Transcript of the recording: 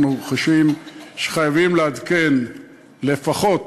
אנחנו חשים שחייבים לעדכן לפחות,